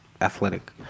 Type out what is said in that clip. athletic